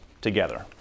together